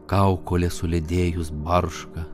kaukolė suledėjus barška